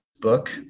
book